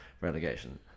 relegation